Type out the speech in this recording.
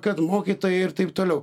kad mokytojai ir taip toliau